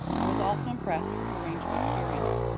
i was also impressed with the range of experience.